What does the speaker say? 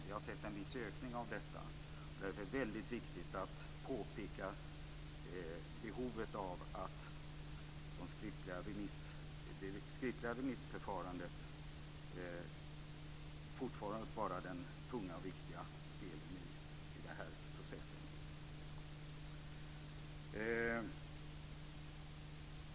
Vi har sett en viss ökning av sådana, och det är väldigt viktigt att påpeka behovet av att det skriftliga remissförfarandet fortfar att vara den tunga och viktiga delen i den här processen.